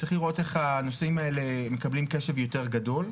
צריך לראות איך הנושאים האלה מקבלים קשב גדול יותר.